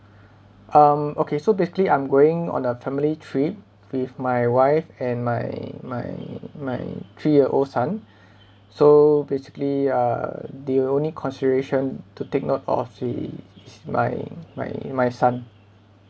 um okay so basically I'm going on a family trip with my wife and my my my three year old son so basically um the only consideration to take note of is my my my son